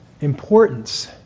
Importance